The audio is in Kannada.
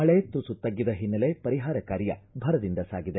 ಮಳೆ ತುಸು ತಗ್ಗಿದ ಹಿನ್ನೆಲೆ ಪರಿಹಾರ ಕಾರ್ಯ ಭರದಿಂದ ಸಾಗಿದೆ